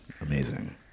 amazing